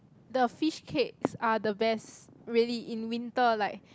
the fishcakes are the best really in winter like